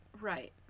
Right